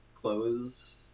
clothes